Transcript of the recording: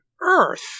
earth